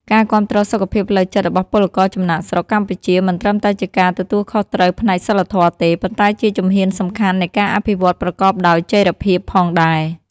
ការគាំទ្រសុខភាពផ្លូវចិត្តរបស់ពលករចំណាកស្រុកកម្ពុជាមិនត្រឹមតែជាការទទួលខុសត្រូវផ្នែកសីលធម៌ទេ ប៉ុន្តែជាជំហានសំខាន់នៃការអភិវឌ្ឍន៍ប្រកបដោយចីរភាពផងដែរ។